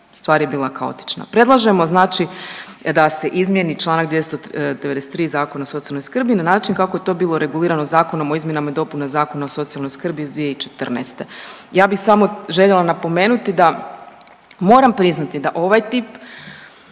stvar je bila kaotična. Predlažemo znači da se izmijeni članak 293. Zakona o socijalnoj skrbi na način kako je to bilo regulirano Zakonom o izmjenama i dopunama Zakona o socijalnoj skrbi iz 2014. Ja bih samo željela napomenuti da moram priznati da ovaj tip